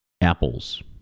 apples